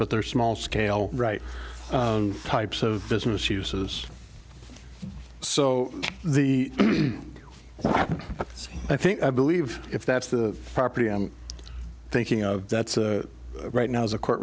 but there are small scale right types of business uses so the i think i believe if that's the property i'm thinking of that's right now as a court